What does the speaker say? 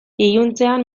iluntzean